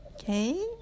Okay